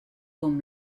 com